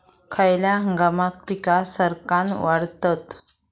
खयल्या हंगामात पीका सरक्कान वाढतत?